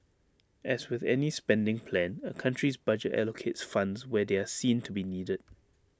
as with any spending plan A country's budget allocates funds where they are seen to be needed